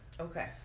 Okay